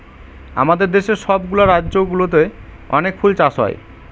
আমাদের দেশের সব গুলা রাজ্য গুলোতে অনেক ফুল চাষ হয়